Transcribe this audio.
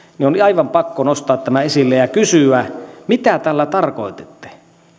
niin on aivan pakko nostaa tämä esille ja kysyä mitä tällä tarkoitatte